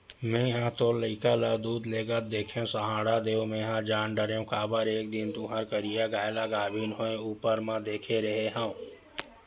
मेंहा तोर लइका ल दूद लेगत देखेव सहाड़ा देव मेंहा जान डरेव काबर एक दिन तुँहर करिया गाय ल गाभिन होय ऊपर म देखे रेहे हँव